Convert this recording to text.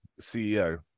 CEO